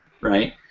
right